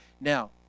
Now